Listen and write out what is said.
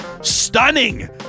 stunning